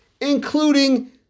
including